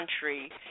country